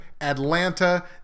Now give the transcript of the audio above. Atlanta